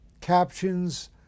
captions